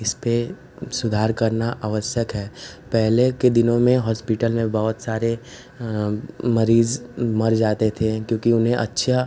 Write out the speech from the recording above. इसपर सुधार करना आवश्यक है पहले के दिनों में हॉस्पिटल में बहुत सारे मरीज़ मर जाते थे क्योंकि उन्हें अच्छी